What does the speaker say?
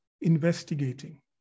investigating